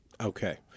Okay